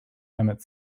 emmett